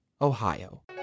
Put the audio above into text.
Ohio